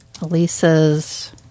Elisa's